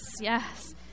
yes